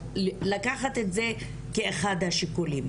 לקחת את זה כאחד השיקולים.